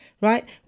Right